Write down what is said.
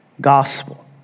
gospel